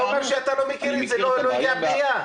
אתה אומר שאתה לא מכיר את זה, שלא הגיעה פנייה.